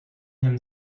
him